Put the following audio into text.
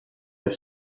have